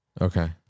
Okay